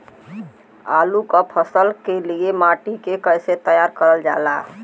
आलू क फसल के लिए माटी के कैसे तैयार करल जाला?